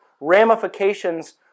ramifications